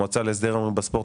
המועצה להסדר ההימורים בספורט,